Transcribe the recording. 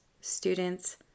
students